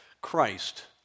Christ